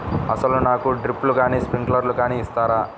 అసలు నాకు డ్రిప్లు కానీ స్ప్రింక్లర్ కానీ ఇస్తారా?